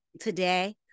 Today